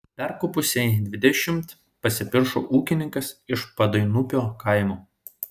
perkopusiai dvidešimt pasipiršo ūkininkas iš padainupio kaimo